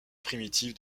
primitives